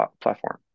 platform